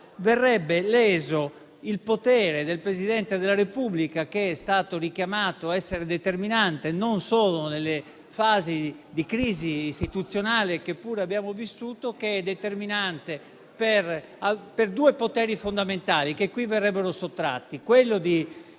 verrebbe leso il potere del Presidente della Repubblica, che è stato richiamato a essere determinante non solo nelle fasi di crisi istituzionale che pure abbiamo vissuto, ma anche per due poteri fondamentali che qui gli verrebbero sottratti: quello di